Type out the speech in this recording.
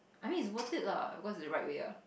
I mean is worth it lah because is the right way